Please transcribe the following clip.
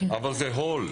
אבל זה שלם,